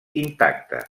intacte